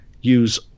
use